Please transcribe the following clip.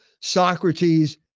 Socrates